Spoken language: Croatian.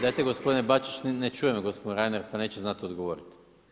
Dajte gospodine Bačić, ne čuje me gospodin Reiner, pa neće znati odgovoriti.